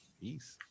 Peace